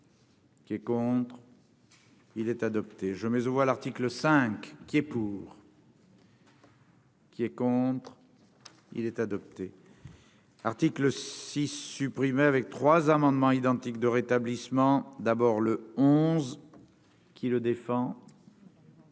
Qui est contre, il est adopté, jamais aux voix, l'article 5 qui est pour. Qui est contre, il est adopté. Article 6 avec 3 amendements identiques de rétablissement d'abord le 11 qui le défend.